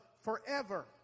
forever